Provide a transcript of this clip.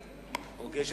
אני מסכים, אדוני השר.